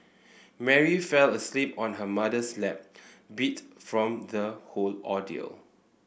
Mary fell asleep on her mother's lap beat from the whole ordeal